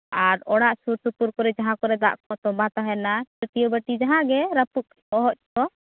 ᱟᱨ ᱚᱲᱟᱜ ᱥᱩᱨ ᱥᱩᱯᱩᱨ ᱠᱚᱨᱮ ᱡᱟᱦᱟᱸ ᱠᱚᱨᱮ ᱫᱟᱜ ᱠᱚ ᱛᱚᱸᱢᱵᱟ ᱛᱟᱦᱮᱱᱟ ᱴᱟᱹᱴᱭᱟᱹ ᱵᱟᱴᱤ ᱡᱟᱦᱟᱸᱜᱮ ᱨᱟᱯᱩᱜ ᱚᱦᱚᱡ ᱠᱚ